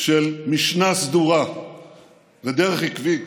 של משנה סדורה ודרך עקבית